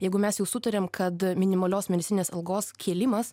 jeigu mes jau sutarėm kad minimalios mėnesinės algos kėlimas